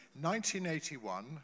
1981